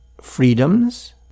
freedoms